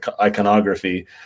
iconography